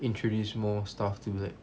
introduce more stuff to be like